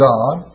God